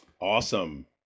awesome